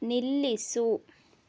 ನಿಲ್ಲಿಸು